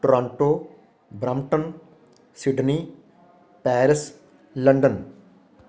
Toronto Brampton Sydney Paris London